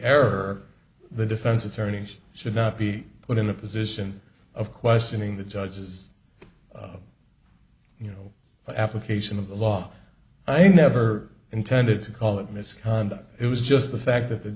error the defense attorneys should not be put in a position of questioning the judge as you know application of the law i never intended to call it misconduct it was just the fact that the